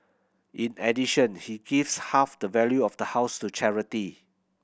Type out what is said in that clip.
in addition he gives half the value of the house to charity